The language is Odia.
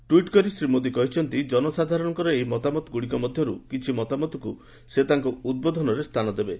ଟ୍ୱିଟ୍ କରି ଶ୍ରୀ ମୋଦୀ କହିଛନ୍ତି ଜନସାଧାରଣଙ୍କ ଏହି ମତାମତଗୁଡ଼ିକ ମଧ୍ୟରୁ କିଛି ମତାମତକୁ ସେ ତାଙ୍କ ଉଦ୍ବୋଧନରେ ସ୍ଥାନଦେବେ